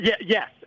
Yes